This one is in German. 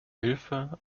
hilfe